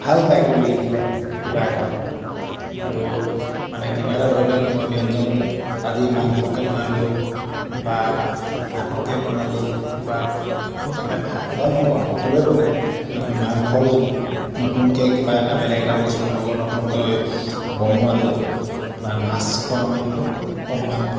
ভাল তাই কৰি দিলে কিবা এটা আৰু কিবা এটা ধৰি লওক মই ব্যঞ্জন আজি মাংসকে বনালোঁ বা ভাতকে বনালোঁ বা মানে ভাতটো বাৰু সকলোৱে বনায় কিন্তু মাংসৰ নতুনকৈ কিবা এটা বেলেগ এটা বস্তুৰ লগত নতুনকৈ বনোৱাটো বা মাছ অকণ অকণমান